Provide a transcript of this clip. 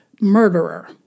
murderer